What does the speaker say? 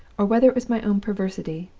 or whether it was my own perversity,